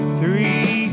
three